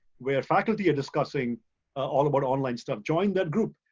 where faculty are discussing all about online stuff. join that group.